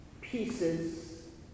pieces